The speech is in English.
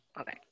okay